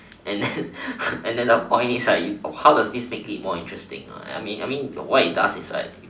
and then and then the point is right how it makes it more interesting right I mean I mean what it does is like